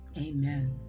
amen